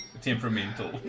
temperamental